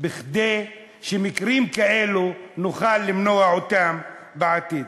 כדי שנוכל למנוע מקרים כאלו בעתיד.